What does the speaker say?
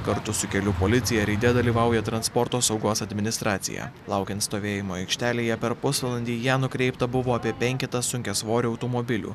kartu su kelių policija reide dalyvauja transporto saugos administracija laukiant stovėjimo aikštelėje per pusvalandį į ją nukreipta buvo apie penketą sunkiasvorių automobilių